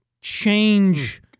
change